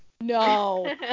no